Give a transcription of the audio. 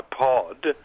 pod